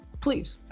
please